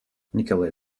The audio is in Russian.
николай